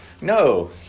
No